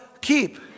keep